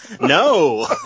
No